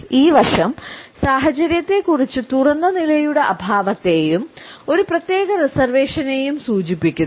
ഈ വശം സാഹചര്യത്തെക്കുറിച്ച് തുറന്ന നിലയുടെ അഭാവത്തെയും ഒരു പ്രത്യേക റിസർവേഷനെയും സൂചിപ്പിക്കുന്നു